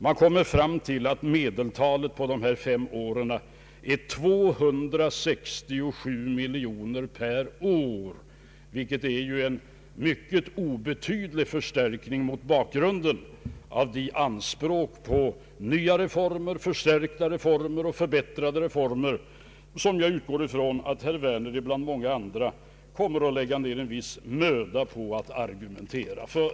Man kommer fram till att medeltalet för dessa fem år är 267 miljoner kronor per år, vilket innebär en mycket obetydlig förstärkning mot bakgrunden av de anspråk på nya reformer, förstärkta reformer och förbättrade reformer som jag utgår ifrån att herr Werner bland många andra kommer att lägga ned en viss möda på att argumentera för.